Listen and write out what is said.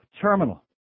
terminal